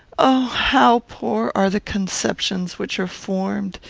oh! how poor are the conceptions which are formed,